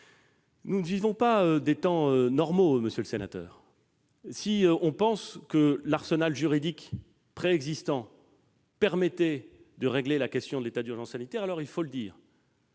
Nous ne vivons pas des temps normaux, monsieur le sénateur. Si l'on pense que l'arsenal juridique préexistant aurait permis de régler la question de l'état d'urgence sanitaire, il faut le dire.